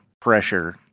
pressure